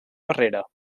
barrera